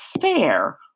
fair